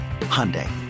Hyundai